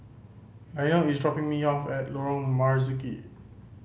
Lionel is dropping me off at Lorong Marzuki